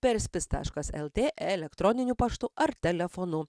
per spis taškas lt elektroniniu paštu ar telefonu